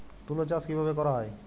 তুলো চাষ কিভাবে করা হয়?